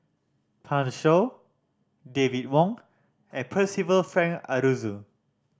Pan Shou David Wong and Percival Frank Aroozoo